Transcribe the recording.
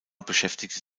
beschäftigte